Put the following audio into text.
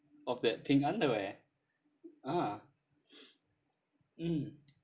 of that pink underwear ah mm